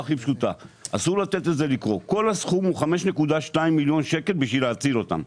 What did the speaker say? הסכום הוא 5.2 מיליון שקל בשביל להציל אותם.